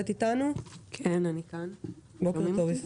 בוקר טוב.